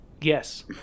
yes